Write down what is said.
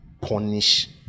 punish